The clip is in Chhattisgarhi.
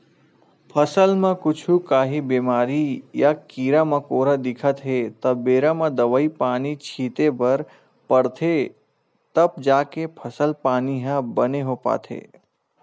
फसल म कुछु काही बेमारी या कीरा मकोरा दिखत हे त बेरा म दवई पानी छिते बर परथे तब जाके फसल पानी ह बने हो पाथे